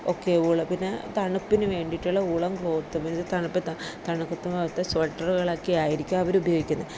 okay വൂള പിന്നെ തണുപ്പിന് വേണ്ടീട്ടുള്ള വൂളൻ ക്ലോത്തും എന്നുവെച്ചാൽ തണുപ്പത്ത് തണുപ്പത്ത് കാലത്ത് സ്വെറ്ററുകളൊക്കെ ആയിരിക്കും അവർ ഉപയോഗിക്കുന്നത്